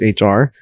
hr